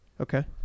Okay